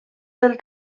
del